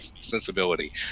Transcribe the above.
sensibility